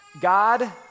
God